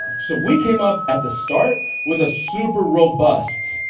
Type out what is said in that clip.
so we came up at the start with a super robust,